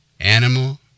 Animal